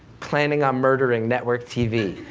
planning on murdering network tv?